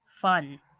Fun